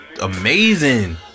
amazing